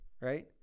right